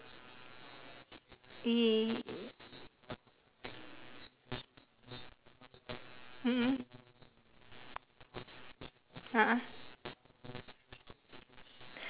mmhmm a'ah